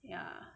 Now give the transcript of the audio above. ya